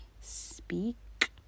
speak